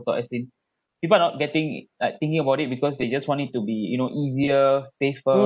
thought as in people are not getting like thinking about it because they just wanted it to be you know easier safer